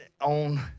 on